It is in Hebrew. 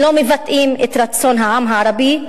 שלא מבטאים את רצון העם הערבי.